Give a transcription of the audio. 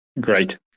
Great